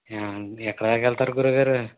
ఎక్కడదాక వెళతారు గురువుగారు